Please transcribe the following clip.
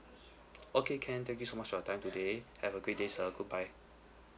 okay can thank you so much for your time today have a great day sir goodbye